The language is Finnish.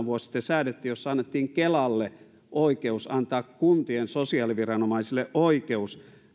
vuosi sitten säädettiin jossa annettiin kelalle oikeus antaa kuntien sosiaaliviranomaisille oikeus